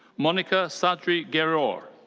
monica sadri-gerrior. ah